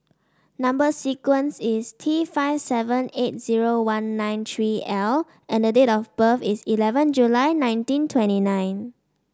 number sequence is T five seven eight zero one nine three L and the date of birth is eleven July nineteen twenty nine